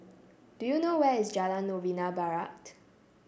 do you know where is Jalan Novena Barat